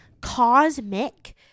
Cosmic